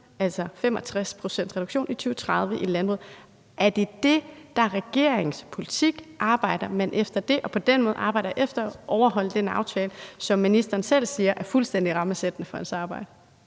65-procentsreduktion, i 2030 i landbruget. Er det det, der er regeringens politik? Arbejder man efter det og på den måde arbejder efter at overholde den aftale, som ministeren selv siger er fuldstændig rammesættende for hans arbejde?